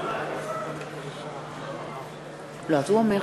חברי הכנסת, להזכירכם,